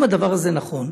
אם הדבר הזה נכון,